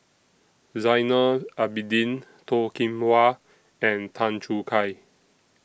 Zainal Abidin Toh Kim Hwa and Tan Choo Kai